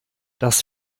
das